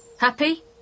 Happy